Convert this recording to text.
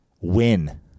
Win